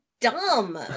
dumb